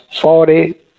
forty